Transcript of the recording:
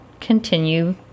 continue